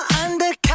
undercover